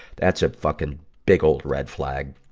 that's a fucking big old red flag.